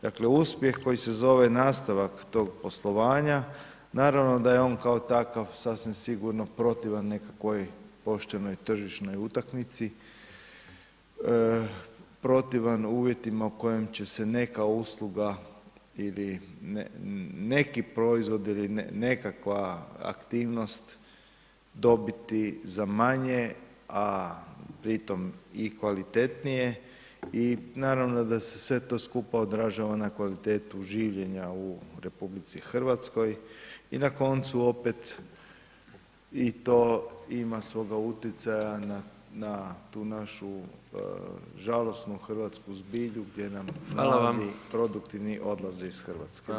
Dakle, uspjeh koji se zove nastavak tog poslovanja, naravno da je on kao takav sasvim sigurno protivan nekakvog poštenoj tržišnoj utakmici, protivan uvjetima u kojem će se neka usluga ili neki proizvod ili nekakva aktivnost dobiti za manje, a pritom i kvalitetnije i naravno da se sve to skupa odražava na kvalitetu življenja u RH i na koncu opet i to ima svoga utjecaja na tu našu žalosnu hrvatsku zbilju gdje [[Upadica: Hvala.]] nam mladi, produktivni odlaze iz Hrvatske.